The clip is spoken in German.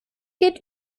geht